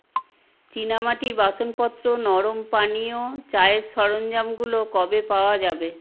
চিনামাটির বাসনপত্র নরম পানীয় চায়ের সরঞ্জামগুলো কবে পাওয়া যাবে